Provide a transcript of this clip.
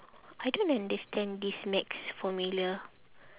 I don't understand this maths formula